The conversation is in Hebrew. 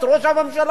את ראש הממשלה,